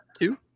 two